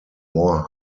more